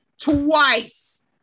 twice